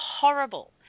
horrible